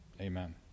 Amen